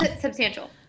Substantial